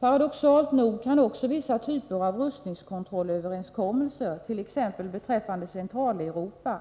Paradoxalt nog kan vissa typer av rustningskontrollöverenskommelser, t.ex. i Centraleuropa,